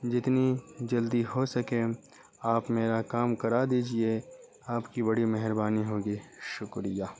جتنی جلدی ہو سکے آپ میرا کام کرا دیجیے آپ کی بڑی مہربانی ہوگی شکریہ